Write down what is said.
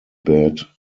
bed